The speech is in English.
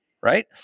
right